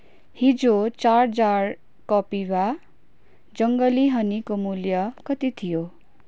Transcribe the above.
हिजो चार जार कपिभा जङ्गली हनीको मूल्य कति थियो